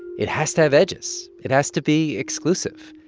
it has to have edges. it has to be exclusive.